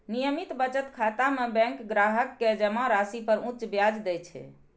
नियमित बचत खाता मे बैंक ग्राहक कें जमा राशि पर उच्च ब्याज दै छै